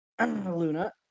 Luna